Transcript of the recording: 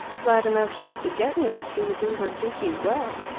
glad enough she is to get me, and she will do her duty well.